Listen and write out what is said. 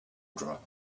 driver